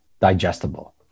digestible